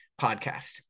podcast